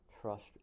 trust